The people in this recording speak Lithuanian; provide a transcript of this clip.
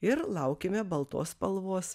ir laukime baltos spalvos